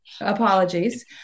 Apologies